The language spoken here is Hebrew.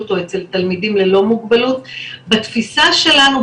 או אצל תלמידים ללא מוגבלות בתפיסה שלנו,